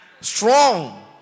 strong